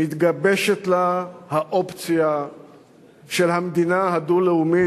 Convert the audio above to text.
מתגבשת לה האופציה של המדינה הדו-לאומית,